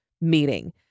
meeting